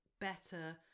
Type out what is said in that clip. better